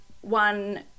one